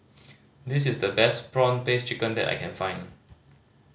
this is the best prawn paste chicken that I can find